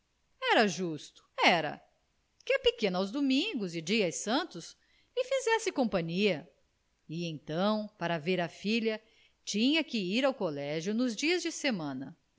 era justo era que a pequena aos domingos e dias santos lhe fizesse companhia e então para ver a filha tinha que ir ao colégio nos dias de semana